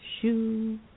shoe